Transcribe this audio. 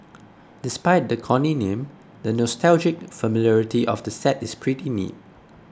despite the corny name the nostalgic familiarity of the set is pretty neat